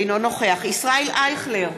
אינו נוכח ישראל אייכלר,